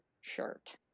shirt